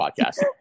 podcast